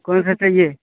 कौनसा चाहिए